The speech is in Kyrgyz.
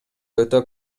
өтө